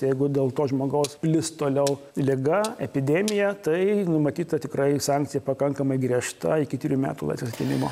jeigu dėl to žmogaus plis toliau liga epidemija tai numatyta tikrai sankcija pakankamai griežta iki trijų metų laisvės atėmimo